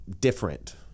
different